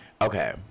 Okay